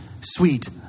sweet